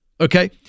Okay